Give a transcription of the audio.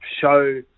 show